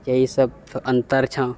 यहीसभ अन्तर छौँ